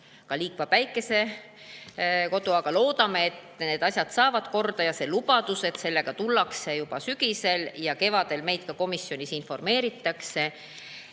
Liikva Päikesekodu, aga loodame, et need asjad saavad korda ja see lubadus, et sellega tullakse juba sügisel välja ja kevadel meid komisjonis sellest informeeritakse,